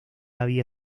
había